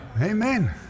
Amen